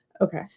Okay